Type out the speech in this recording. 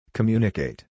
Communicate